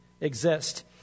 exist